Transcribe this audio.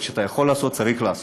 וכשאתה יכול לעשות, צריך לעשות.